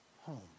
home